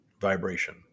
vibration